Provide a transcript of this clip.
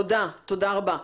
תודה רבה.